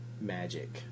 magic